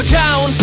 down